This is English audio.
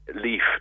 leaf